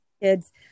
kids